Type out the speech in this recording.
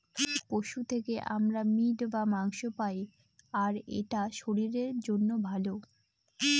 পশু থেকে আমরা মিট বা মাংস পায়, আর এটা শরীরের জন্য ভালো